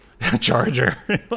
charger